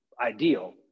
ideal